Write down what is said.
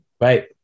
Right